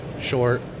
short